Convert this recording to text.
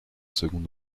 seconde